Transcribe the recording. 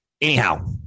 Anyhow